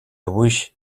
wish